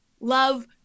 love